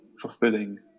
fulfilling